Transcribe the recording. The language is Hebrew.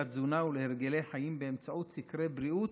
תזונה והרגלי חיים באמצעות סקרי בריאות